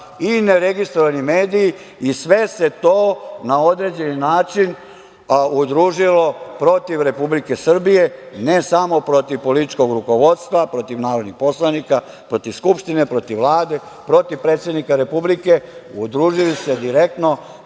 i neregistrovani mediji i sve se to na određeni način udružilo protiv Republike Srbije, ne samo protiv političkog rukovodstva, protiv narodnih poslanika, protiv Skupštine, protiv Vlade, protiv predsednika Republike, udružili su se direktno